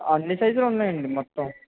అన్ని సైజులు ఉన్నాయండి మొత్తం